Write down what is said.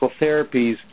therapies